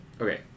Okay